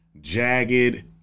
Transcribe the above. Jagged